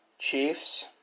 Chiefs